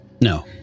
No